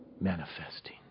manifesting